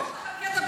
יש לכם קטע,